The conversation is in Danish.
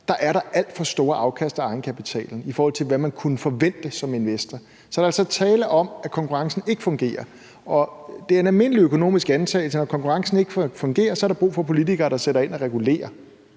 er der alt for store afkast af egenkapitalen i forhold til, hvad man kunne forvente som investor. Så der er altså tale om, at konkurrencen ikke fungerer. Og det er en almindelig økonomisk antagelse, at når konkurrencen ikke fungerer, er der brug for politikere, der sætter ind og regulerer.